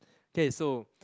K so